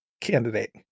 candidate